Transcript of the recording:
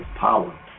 power